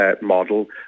model